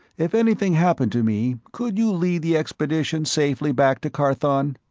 if anything happened to me, could you lead the expedition safely back to carthon?